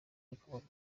rikomoka